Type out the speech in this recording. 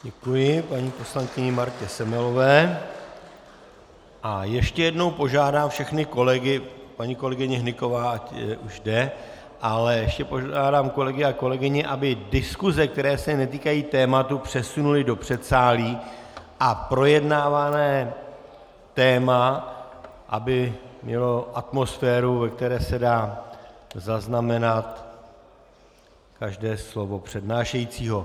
Děkuji paní poslankyni Martě Semelové a ještě jednou požádám všechny kolegy paní kolegyně Hnyková už jde , ale ještě požádám kolegy a kolegyně, aby diskuse, které se netýkají tématu, přesunuli do předsálí, a projednávané téma aby mělo atmosféru, ve které se dá zaznamenat každé slovo přednášejícího.